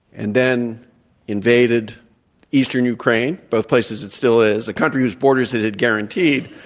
and then invaded eastern ukraine, both places it still is a country whose borders it had guaranteed.